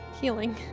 Healing